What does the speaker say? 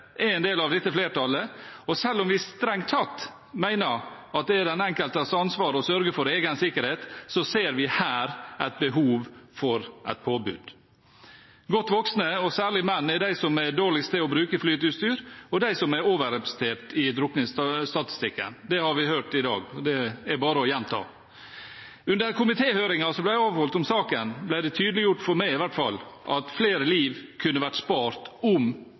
er en del av dette flertallet, og selv om vi strengt tatt mener at det er den enkeltes ansvar å sørge for egen sikkerhet, ser vi her et behov for et påbud. Godt voksne, og særlig menn, er de som er dårligst til å bruke flyteutstyr, og de som er overrepresentert i drukningsstatistikken. Det har vi hørt i dag, og det er bare å gjenta. Under komitéhøringen som ble avholdt om saken, ble det tydeliggjort – for meg i hvert fall – at flere liv kunne vært spart om